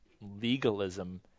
legalism